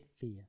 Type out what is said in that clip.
fear